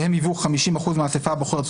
שהם היוו 50% מהאסיפה הבוחרת.